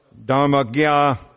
Dharmagya